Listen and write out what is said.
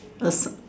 a